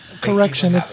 Correction